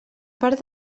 part